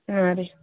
ಹಾಂ ರೀ